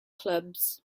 clubs